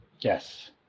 yes